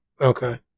Okay